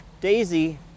Daisy